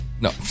No